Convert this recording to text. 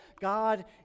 God